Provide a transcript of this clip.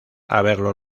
haberlo